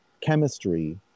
chemistry